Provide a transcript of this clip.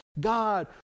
God